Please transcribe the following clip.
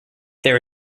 there